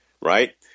right